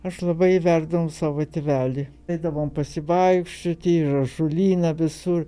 aš labai vertinau savo tėvelį eidavom pasivaikščioti į ąžuolyną visur